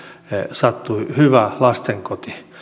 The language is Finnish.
sattui hyvä lastenkoti